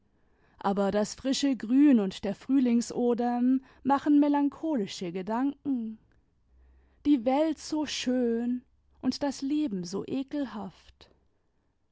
aber das frische grün und der frühlingsodem machen melancholische gedanken die welt so schön und das leben so ekelhaft